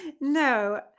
No